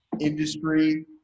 industry